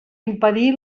impedir